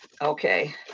Okay